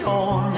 on